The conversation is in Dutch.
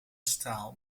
staal